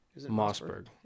Mossberg